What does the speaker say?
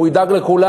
הוא ידאג לכולם.